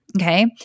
Okay